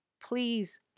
please